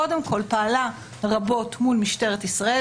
קודם כול פעלה רבות מול משטרת ישראל.